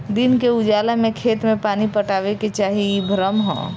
दिन के उजाला में खेत में पानी पटावे के चाही इ भ्रम ह